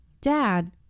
Dad